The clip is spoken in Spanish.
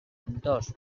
dos